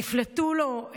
נפלטו לו,